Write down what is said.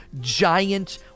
giant